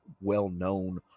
well-known